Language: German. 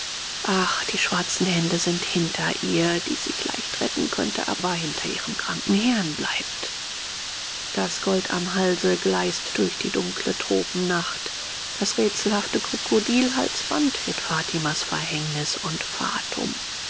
ach die schwarzen hände sind hinter ihr die leicht sich retten könnte aber hinter ihrem kranken herrn bleibt das gold am halse gleißt durch die dunkle tropennacht das rätselhafte krokodilhalsband wird fatimas verhängnis und fatum